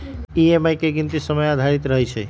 EMI के गीनती समय आधारित रहै छइ